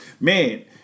man